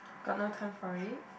got no time for it